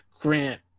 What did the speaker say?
grant